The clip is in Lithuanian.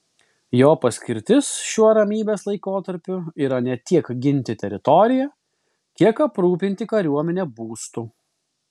jo paskirtis šiuo ramybės laikotarpiu yra ne tiek ginti teritoriją kiek aprūpinti kariuomenę būstu